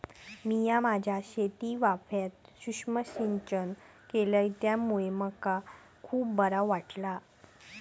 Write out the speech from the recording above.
मिया माझ्या शेतीवाफ्यात सुक्ष्म सिंचन केलय त्यामुळे मका खुप बरा वाटला